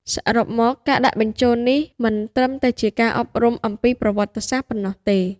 សរុបមក ការដាក់បញ្ចូលនេះមិនត្រឹមតែជាការអប់រំអំពីប្រវត្តិសាស្ត្រប៉ុណ្ណោះទេ។